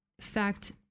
fact